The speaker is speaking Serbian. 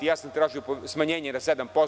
Ja sam tražio smanjenje na 7%